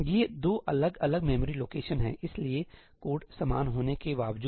ये 2 अलग अलग मेमोरी लोकेशन हैं इसलिए कोड समान होने के बावजूद